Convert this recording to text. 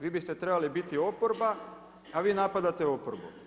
Vi biste trebali biti oporba, a vi napadate oporbu.